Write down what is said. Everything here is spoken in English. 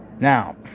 Now